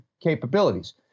capabilities